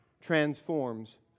transforms